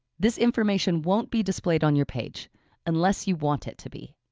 this information won't be displayed on your page unless you want it to be.